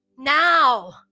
now